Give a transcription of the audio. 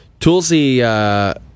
Toolsy